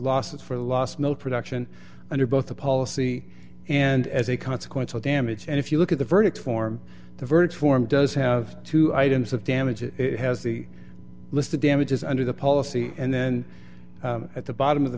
losses for the last milk production and or both the policy and as a consequence of damage and if you look at the verdict form the verdict form does have two items of damages it has the list of damages under the policy and then at the bottom of the